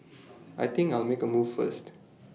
I think I'll make A move first